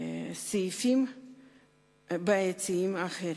וסעיפים בעייתיים אחרים.